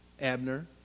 Abner